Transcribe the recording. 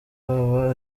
haba